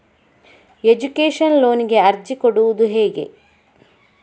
Education ಲೋನಿಗೆ ಅರ್ಜಿ ಕೊಡೂದು ಹೇಗೆ?